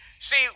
see